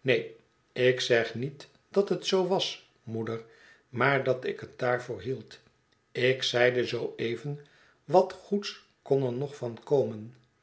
neen ik zeg niet dat het zoo was moeder maar dat ik het daarvoor hield ik zeide zoo even wat goeds kon er nog van komen